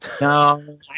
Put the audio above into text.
No